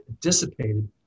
dissipated